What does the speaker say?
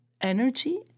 energy